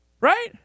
Right